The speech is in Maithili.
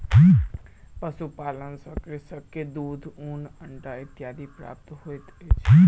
पशुपालन सॅ कृषक के दूध, ऊन, अंडा इत्यादि प्राप्त होइत अछि